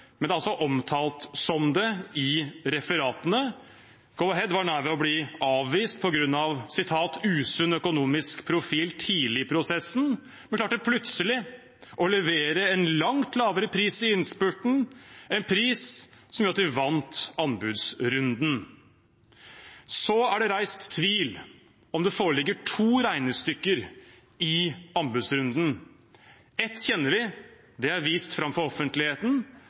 men det er altså omtalt som det i referatene. Go-Ahead var nær ved å bli avvist på grunn av «usunn økonomisk profil» tidlig i prosessen, men klarte plutselig å levere en langt lavere pris i innspurten – en pris som gjorde at de vant anbudsrunden. Så er det reist tvil om det foreligger to regnestykker i anbudsrunden. Ett kjenner vi, det er vist fram for offentligheten.